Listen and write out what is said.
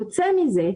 יוצא מזה,